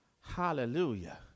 Hallelujah